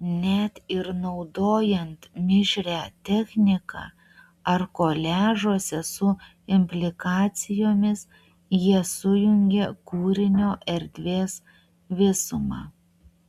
net ir naudojant mišrią techniką ar koliažuose su implikacijomis jie sujungia kūrinio erdvės visumą